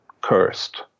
cursed